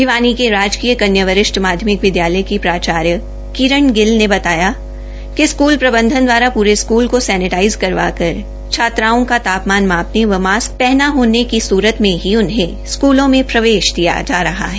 भिवानी के राजकीय कन्य वरिष्ठ माध्यामिक विदयालय की प्राचार्या किरण गिल ने बताया कि स्कूल प्रबंधन द्वारा पूरे स्कूल को सैनेटाइज करवाकर छात्राओं का तापमान मापने व मास्क पहना होने की सुरज में ही उन्हें स्कूलों में प्रवेश दिया जा रहा है